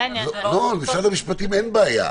לא, למשרד המשפטים אין בעיה.